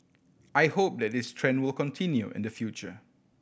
I hope that this trend will continue in the future